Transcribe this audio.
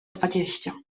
dwadzieścia